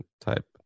type